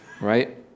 right